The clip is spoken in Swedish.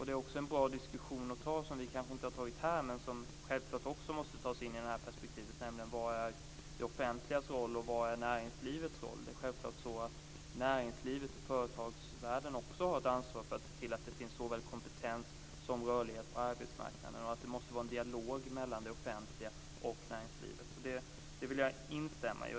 Det är också bra att ta en diskussion om något som vi kanske inte har diskuterat här men som självklart också måste tas med i perspektivet, nämligen: Vad är det offentligas roll, och vad är näringslivets roll? Självklart har näringslivet och företagsvärlden också ett ansvar för att se till att det finns såväl kompetens som rörlighet på arbetsmarknaden. Det måste vara en dialog mellan det offentliga och näringslivet. Det vill jag instämma i.